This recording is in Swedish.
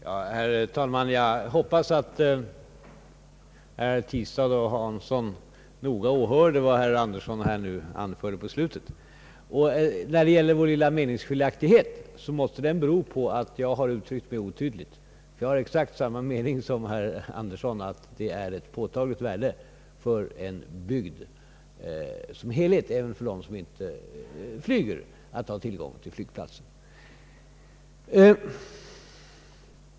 Herr talman! Jag hoppas att herrar Tistad och Hansson noga åhörde vad herr Andersson anförde nu på slutet. Vår lilla meningsskiljaktighet måste ha berott på att jag har uttryckt mig otydligt. Jag har exakt samma mening som herr Andersson, nämligen att det är ett påtagligt värde för en bygd som helhet — även för dem som inte flyger — att ha tillgång till flygplats.